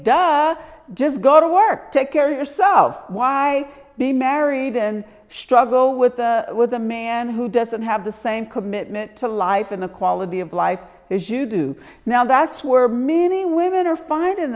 das just go to work to carry yourself why be married and struggle with the with a man who doesn't have the same commitment to life and the quality of life as you do now that's where meaning women are finding